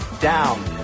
down